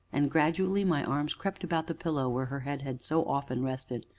and gradually my arms crept about the pillow where her head had so often rested,